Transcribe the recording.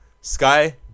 Sky